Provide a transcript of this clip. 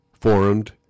formed